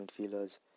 midfielders